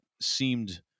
seemed